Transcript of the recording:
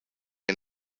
and